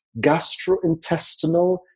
gastrointestinal